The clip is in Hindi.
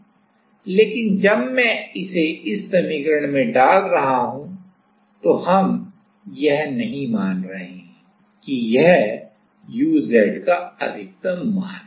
लेकिन जब मैं इसे इस समीकरण में डाल रहा हूंतो हम यह नहीं मान रहे हैं कि यह uz का अधिकतम मान है